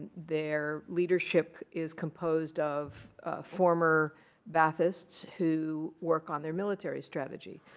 their leadership is composed of former ba'athists, who work on their military strategy.